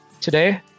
today